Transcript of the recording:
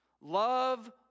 Love